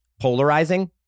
polarizing